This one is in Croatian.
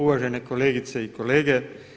Uvažene kolegice i kolege.